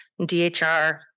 DHR